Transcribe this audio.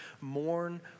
mourn